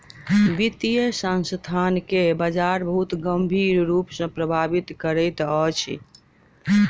वित्तीय संस्थान के बजार बहुत गंभीर रूप सॅ प्रभावित करैत अछि